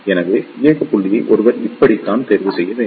எனவே இயக்க புள்ளியை ஒருவர் இப்படித்தான் தேர்வு செய்ய வேண்டும்